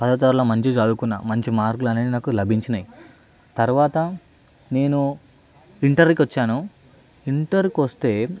పదోతరగతిలో మంచిగా చదువుకున్న మంచిగా మార్కులు అనేవి లభించినాయి తర్వాత నేను ఇంటర్కు వచ్చాను ఇంటర్కు వస్తే